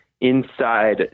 Inside